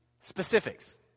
specifics